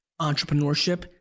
entrepreneurship